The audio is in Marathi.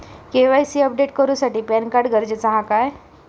के.वाय.सी अपडेट करूसाठी पॅनकार्ड गरजेचा हा काय?